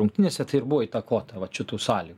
rungtynėse tai ir buvo įtakota vat šitų sąlygų